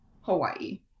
Hawaii